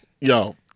Yo